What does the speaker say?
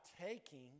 taking